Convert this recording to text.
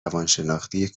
روانشناختی